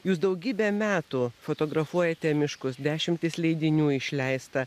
jūs daugybę metų fotografuojate miškus dešimtis leidinių išleista